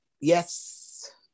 Yes